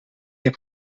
heb